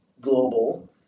global